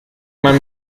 man